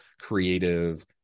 creative